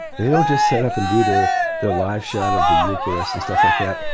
they don't just set up and do their their live shot of the eucharist and stuff like that.